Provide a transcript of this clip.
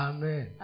Amen